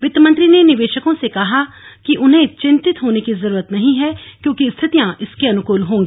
वित्त मंत्री ने निवेशकों से कहा कि उन्हें चिंतित होने की जरूरत नहीं है क्योंकि स्थितियां इसके अनुकूल होंगी